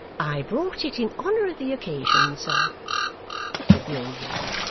i brought it in honour of the occasion, sir said the old lady.